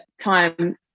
time